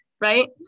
Right